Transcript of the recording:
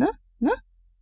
na na